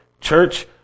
church